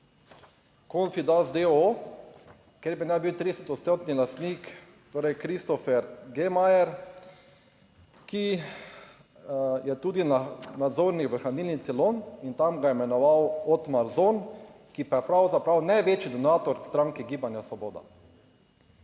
Confidas d.o.o., kjer bi naj bil 30-odstotni lastnik torej Christopher Gemazr, ki je tudi nadzornik v Hranilnici Lon in tam ga je imenoval Odtmar Zon, ki pa je pravzaprav največji donator stranke Gibanja svoboda.